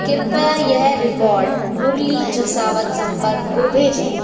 कृपया यह रिवॉर्ड मुरली जसावत संपर्क को भेजें